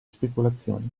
speculazioni